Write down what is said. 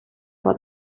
for